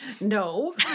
No